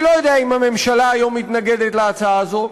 אני לא יודע אם הממשלה היום מתנגדת להצעה הזו,